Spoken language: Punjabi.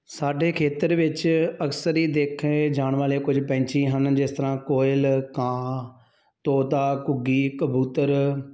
ਸਾਡੇ ਖੇਤਰ ਵਿੱਚ ਅਕਸਰ ਹੀ ਦੇਖੇ ਜਾਣ ਵਾਲੇ ਕੁਝ ਪੰਛੀ ਹਨ ਜਿਸ ਤਰ੍ਹਾਂ ਕੋਇਲ ਕਾਂ ਤੋਤਾ ਘੁੱਗੀ ਕਬੂਤਰ